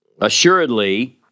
Assuredly